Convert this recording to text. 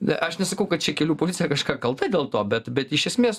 ne aš nesakau kad čia kelių policija kažką kalta dėl to bet bet iš esmės